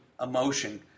emotion